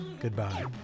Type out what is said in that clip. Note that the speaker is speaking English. goodbye